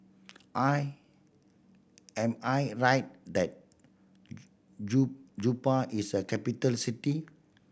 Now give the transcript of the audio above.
I am I right that Juba is a capital city